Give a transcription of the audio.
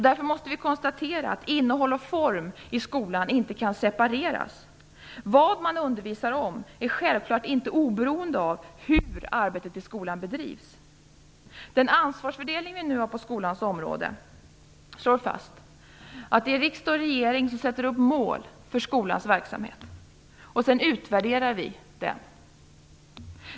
Därför måste vi konstatera att innehåll och form i skolan inte kan separeras. Vad man undervisar om är självklart inte oberoende av hur arbetet i skolan bedrivs. Den ansvarsfördelning vi nu har på skolans område slår fast att det är riksdag och regering som sätter upp mål för skolans verksamhet och sedan utvärderar den.